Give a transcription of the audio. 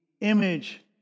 image